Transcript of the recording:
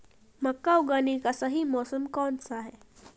मक्का उगाने का सही मौसम कौनसा है?